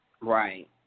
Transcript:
Right